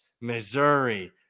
Missouri